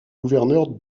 gouverneur